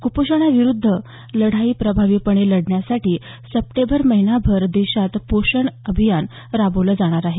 क्पोषणा विरुद्धची लढाई प्रभावीपणे लढण्यासाठी सप्टेंबर महिनाभर देशात पोषण अभियान राबवलं जाणार आहे